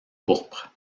pourpre